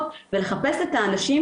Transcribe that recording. לפעמים עבור ההורים שלי,